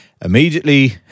immediately